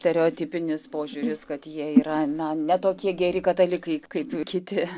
stereotipinis požiūris kad jie yra na ne tokie geri katalikai kaip kiti